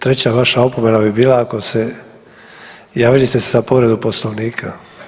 Treća vaša opomena bi bila ako se javili ste se za povredu poslovnika.